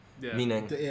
Meaning